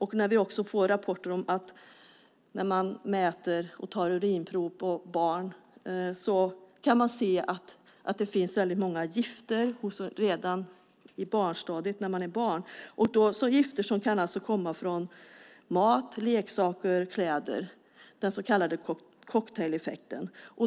Det gäller också när det kommer rapporter som bygger på urinprov hos barn, där man har kunnat konstatera att det finns väldigt många gifter i oss redan i barnstadiet. Det är gifter som kan komma från mat, leksaker och kläder - den så kallade cocktaileffekten.